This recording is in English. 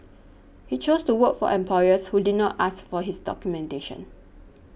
he chose to work for employers who did not ask for his documentation